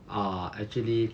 ah actually